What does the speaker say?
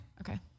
Okay